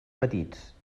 petits